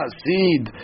seed